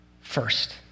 First